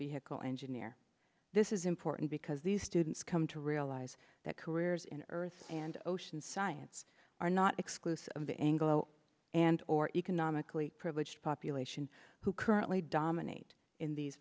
vehicle engineer this is important because these students come to realize that careers in earth and ocean science are not exclusive of the anglo and or economically privileged population who currently dominate in these